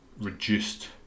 reduced